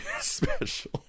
special